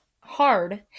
hard